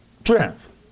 strength